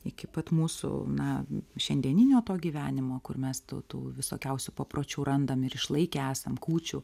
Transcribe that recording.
iki pat mūsų na šiandieninio to gyvenimo kur mes tų tų visokiausių papročių randam ir išlaikę esam kūčių